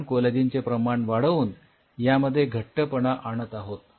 आपण कोलॅजिनचे प्रमाण वाढवून यामध्ये घट्टपणा आणत आहोत